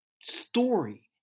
story